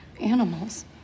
Animals